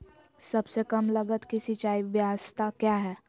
सबसे कम लगत की सिंचाई ब्यास्ता क्या है?